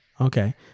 okay